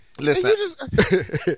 Listen